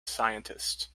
scientists